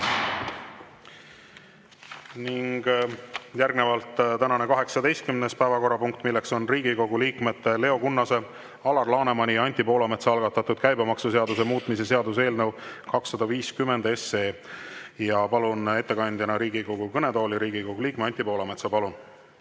Järgnevalt tänane 18. päevakorrapunkt, mis on Riigikogu liikmete Leo Kunnase, Alar Lanemani ja Anti Poolametsa algatatud käibemaksuseaduse muutmise seaduse eelnõu 250. Palun ettekandjana Riigikogu kõnetooli Riigikogu liikme Anti Poolametsa. Palun!